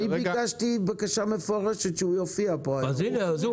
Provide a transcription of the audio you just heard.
ביקשתי בקשה מפורשת, שהוא יופיע פה היום.